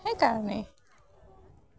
সেইকাৰণেই